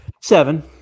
Seven